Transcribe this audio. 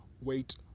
wait